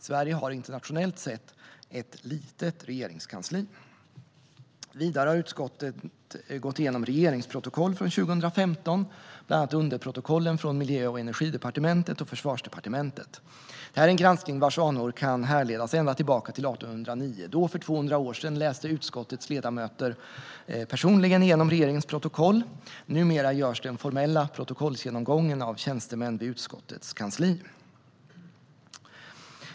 Sverige har internationellt sett ett litet regeringskansli. Vidare har utskottet gått igenom regeringsprotokoll från 2015, bland annat underprotokollen från Miljö och energidepartementet och Försvarsdepartementet. Detta är en granskning vars anor kan härledas ända tillbaka till 1809. Då, för 200 år sedan, läste utskottets ledamöter personligen igenom regeringens protokoll. Numera görs den formella protokollsgenomgången av tjänstemän vid utskottets kansli.